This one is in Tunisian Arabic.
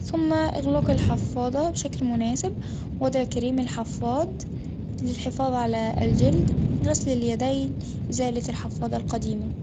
ثم إغلاق الحفاضة بشكل مناسب، وضع كريم الحفاض للحفاظ على الجلد، غسل اليدين، إزالة الحفاضة القديمة.